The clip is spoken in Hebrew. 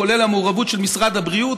כולל המעורבות של משרד הבריאות,